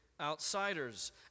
outsiders